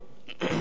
כיבוש ערבי.